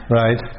right